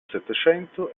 settecento